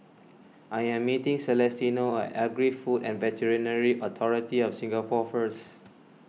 I am meeting Celestino at Agri Food and Veterinary Authority of Singapore first